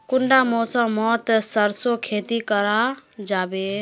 कुंडा मौसम मोत सरसों खेती करा जाबे?